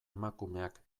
emakumeak